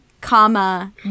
comma